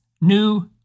new